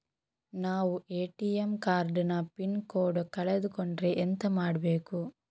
ನಾವು ATM card ನ PIN code ಕಳೆದು ಕೊಂಡ್ರೆ ಎಂತ ಮಾಡ್ಬೇಕು?